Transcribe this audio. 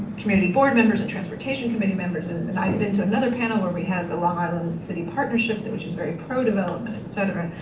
community board members and transportation committee members and i've been to another panel where we have a long island city partnership which is very pro-development, et cetera.